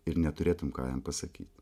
ir neturėtum ką jam pasakyt